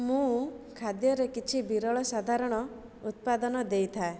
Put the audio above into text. ମୁଁ ଖାଦ୍ୟରେ କିଛି ବିରଳ ସାଧାରଣ ଉତ୍ପାଦନ ଦେଇଥାଏ